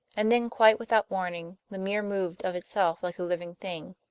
and then, quite without warning, the mirror moved of itself like a living thing.